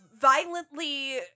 violently